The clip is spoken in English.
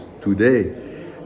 today